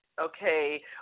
okay